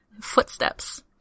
footsteps